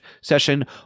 Session